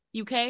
uk